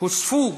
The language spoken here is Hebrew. הוספו